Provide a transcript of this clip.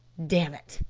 damn it,